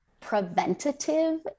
preventative